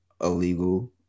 illegal